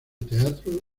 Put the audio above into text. teatro